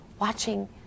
watching